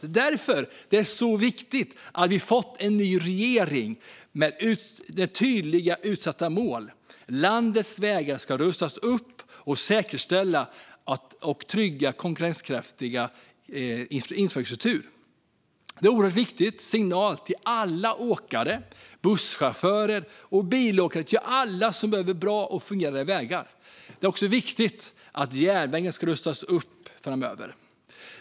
Det är därför det är så viktigt att vi har fått en ny regering med tydligt uppsatta mål: Landets vägar ska rustas upp och säkerställa en trygg och konkurrenskraftig infrastruktur. Det är en oerhörd viktig signal till alla åkare, busschaufförer, bilåkare - ja, alla som behöver bra och fungerande vägar. Det är också viktigt att järnvägen rustas upp framöver.